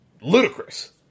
ludicrous